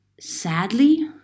sadly